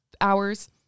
hours